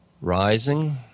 rising